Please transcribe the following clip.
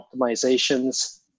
optimizations